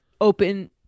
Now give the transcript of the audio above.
open